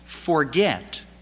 forget